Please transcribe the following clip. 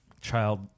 child